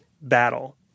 battle